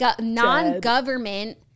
non-government